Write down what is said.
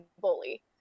bully